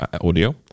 audio